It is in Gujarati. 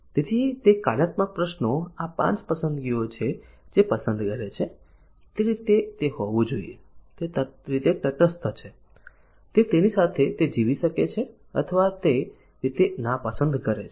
તેથી તે કાર્યાત્મક પ્રશ્નો આ 5 પસંદગીઓ છે જે પસંદ કરે છે તે રીતે તે તે રીતે હોવું જોઈએ તે તે રીતે તટસ્થ છે તે તેની સાથે તે રીતે જીવી શકે છે અથવા તે તે રીતે નાપસંદ કરે છે